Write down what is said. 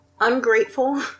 ungrateful